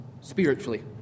spiritually